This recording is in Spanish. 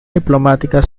diplomáticas